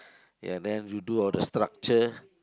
ya then you do all the structure